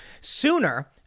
sooner